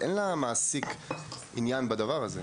למעסיק אין עניין בדבר הזה.